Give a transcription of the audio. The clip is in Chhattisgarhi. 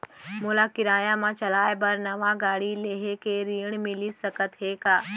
मोला किराया मा चलाए बर नवा गाड़ी लेहे के ऋण मिलिस सकत हे का?